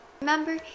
Remember